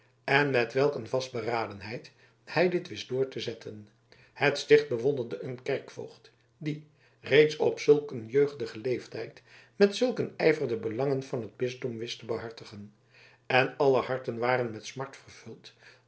en met welk een vastberadenheid hij dit wist door te zetten het sticht bewonderde een kerkvoogd die reeds op zulk een jeugdigen leeftijd met zulk een ijver de belangen van het bisdom wist te behartigen en aller harten waren met smart vervuld